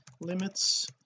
limits